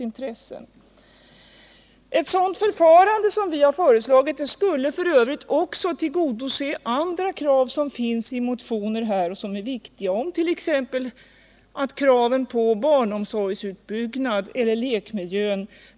Det förfarande som vi har föreslagit skulle f. ö. också tillgodose viktiga krav i andra motioner, t.ex. att man skall precisera och ta hänsyn till kraven på barnomsorgsutbyggnad och lekmiljön.